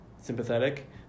sympathetic